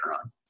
on